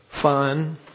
fun